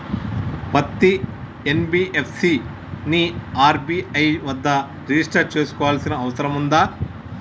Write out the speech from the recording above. పత్తి ఎన్.బి.ఎఫ్.సి ని ఆర్.బి.ఐ వద్ద రిజిష్టర్ చేసుకోవాల్సిన అవసరం ఉందా?